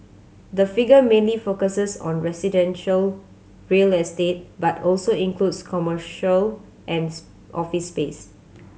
the figure mainly focuses on residential real estate but also includes commercial and office space